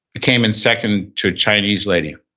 came in second to a chinese lady,